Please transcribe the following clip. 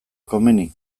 komeni